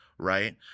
Right